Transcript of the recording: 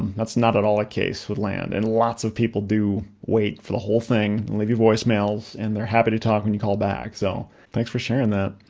that's not at all the case with land and lots of people do wait for the whole thing leave your voicemails and they're happy to talk when you call back so thanks for sharing that.